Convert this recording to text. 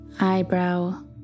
Eyebrow